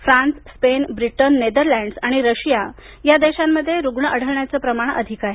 France Spain Britain Netherlands आणि Russia या देशांमध्ये रुग्ण आढळण्याचं प्रमाण अधिक आहे